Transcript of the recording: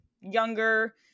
younger